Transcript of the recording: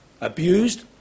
abused